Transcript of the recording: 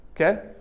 Okay